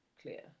clear